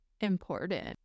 important